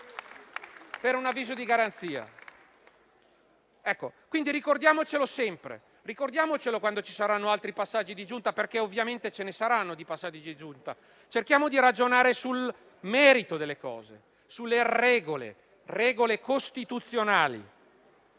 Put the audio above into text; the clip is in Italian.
per un avviso di garanzia. Ricordiamocelo sempre, quando ci saranno altri passaggi di Giunta, perché ovviamente ce ne saranno di passaggi di Giunta. Cerchiamo di ragionare sul merito delle cose e sulle regole costituzionali,